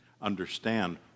understand